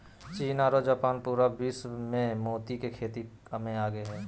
चीन आरो जापान पूरा विश्व मे मोती के खेती मे आगे हय